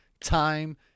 time